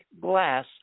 glass